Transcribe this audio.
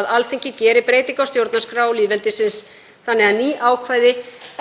að Alþingi geri breytingu á stjórnarskrá lýðveldisins þannig að ný ákvæði,